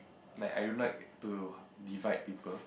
like I don't like to divide people